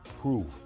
proof